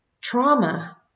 Trauma